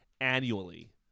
annually